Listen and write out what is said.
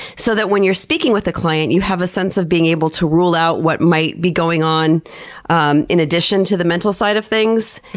so that when you're speaking with a client, you have a sense of being able to rule out what might be going on um in addition to the mental side of things.